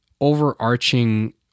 overarching